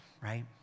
right